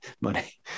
Money